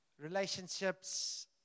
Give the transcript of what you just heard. relationships